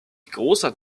großer